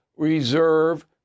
reserve